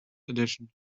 addition